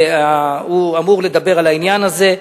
הוא אמור לדבר על העניין הזה.